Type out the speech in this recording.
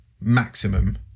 maximum